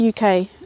UK